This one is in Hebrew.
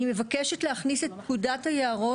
אני מבקשת להכניס את פקודת היערות.